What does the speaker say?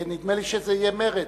נדמה לי שיהיה מרד.